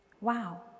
Wow